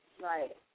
Right